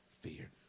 fear